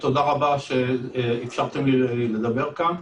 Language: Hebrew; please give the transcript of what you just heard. מאיזו שהיא סיבה עובדים